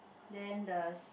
then the